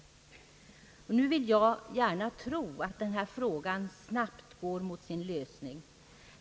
Nu vill jag gärna tro att den här frågan snabbt går mot sin lösning.